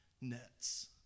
nets